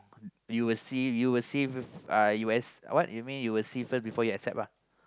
you will see you will see uh what you mean you will see first before you accept ah